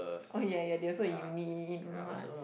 oh ya ya they also in uni don't know what